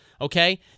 okay